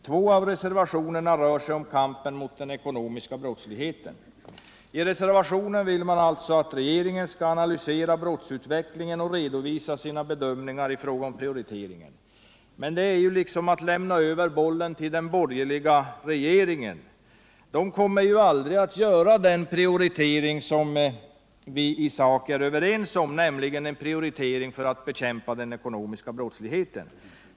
Två av reservationerna rör sig om kampen mot den ekonomiska brottsligheten. I reservationen 2 vill man att regeringen årligen skall analysera brottsutvecklingen och redovisa sina bedömningar i fråga om prioriteringen. Men det är ju att lämna över bollen till den borgerliga regeringen. Den kommer aldrig att göra den prioritering som vi i sak är överens om, nämligen en prioritering för att bekämpa den ekonomiska brottsligheten.